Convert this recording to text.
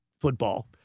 football